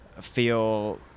feel